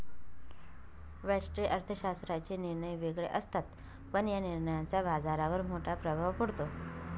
व्यष्टि अर्थशास्त्राचे निर्णय वेगळे असतात, पण या निर्णयांचा बाजारावर मोठा प्रभाव पडतो